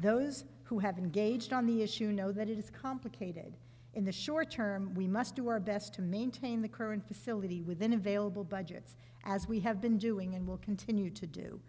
those who have engaged on the issue know that it is complicated in the short term we must do our best to maintain the current facility within available budgets as we have been doing and will continue to do